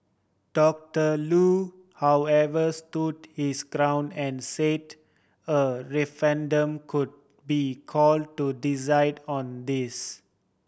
Doctor Loo however stood his ground and said a referendum could be call to decide on this